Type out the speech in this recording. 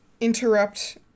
interrupt